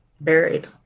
buried